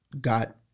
got